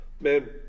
man